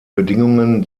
bedingungen